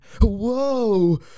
Whoa